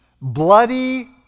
bloody